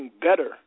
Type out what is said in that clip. better